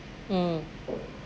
mm